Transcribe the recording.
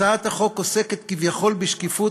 הצעת החוק עוסקת כביכול בשקיפות,